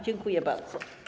Dziękuję bardzo.